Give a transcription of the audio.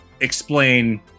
explain